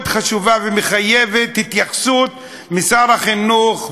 חשובה שמחייבת התייחסות משר החינוך,